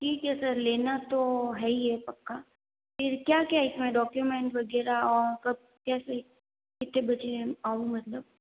ठीक है सर लेना तो है ही है पक्का फिर क्या क्या इसमें डॉक्युमेंट वगैरह कब कैसे कितने बजे आऊं मतलब